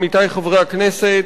עמיתי חברי הכנסת,